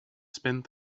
spend